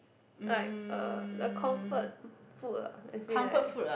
like uh a comfort food ah as in like